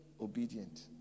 obedient